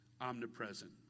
omnipresent